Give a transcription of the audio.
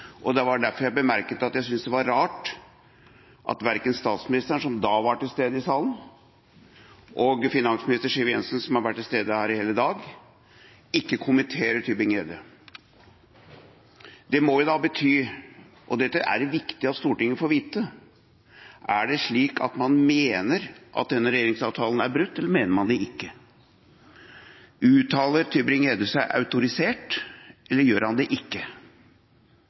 og det var derfor jeg bemerket at jeg synes det var rart at verken statsministeren, som da var til stede i salen, eller finansminister Siv Jensen, som har vært til stede her i hele dag, kommenterer Tybring-Gjeddes innlegg. Betyr dette – og dette er det viktig at Stortinget får vite – at man mener at denne regjeringsavtalen er brutt, eller mener man det ikke? Uttaler Tybring-Gjedde seg autorisert, eller gjør han det ikke?